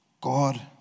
God